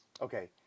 Okay